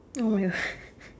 !oh-my-God!